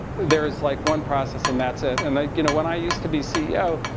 there's like one process, and that's it. and i, you know, when i used to be ceo,